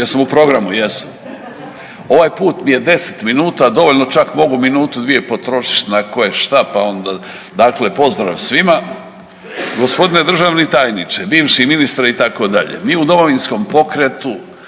jesam u programu? Jesam. Ovaj put mi je 10 minuta dovoljno, čak mogu minutu dvije potrošit na koješta. Dakle, pozdrav svima. Gospodine državni tajniče, bivši ministre itd. mi u Domovinskom pokretu